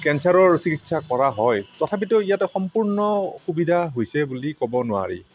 কেন্সাৰৰ চিকিৎসা কৰা হয় তথাপিটো ইয়াতে সম্পূৰ্ণ সুবিধা হৈছে বুলি ক'ব নোৱাৰি